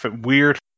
weird